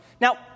Now